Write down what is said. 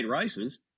races